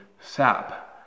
SAP